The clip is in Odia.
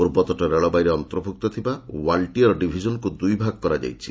ପୂର୍ବତଟ ରେଳବାଇରେ ଅନ୍ତର୍ଭୁକ୍ତ ଥିବା ଓ୍ୱାଲ୍ଟିୟର ଡିଭିଜନକୁ ଦୁଇଭାଗ କରାଯାଇଛି